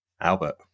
Albert